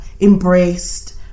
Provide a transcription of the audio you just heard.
embraced